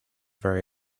very